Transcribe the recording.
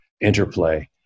interplay